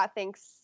thanks